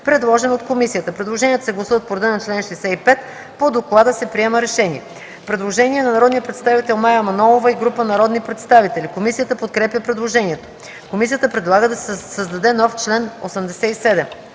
предложен от комисията. Предложенията се гласуват по реда на чл. 65. По доклада се приема решение.” Предложение от народния представител Мая Манолова и група народни представители. Комисията подкрепя предложението. Комисията предлага да се създаде нов чл. 87.